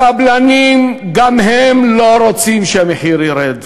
הקבלנים גם הם לא רוצים שהמחיר ירד.